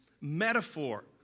metaphor